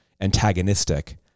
antagonistic